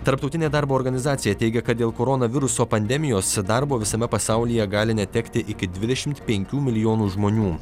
tarptautinė darbo organizacija teigė kad dėl koronaviruso pandemijos darbo visame pasaulyje gali netekti iki dvidešimt penkių milijonų žmonių